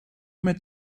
met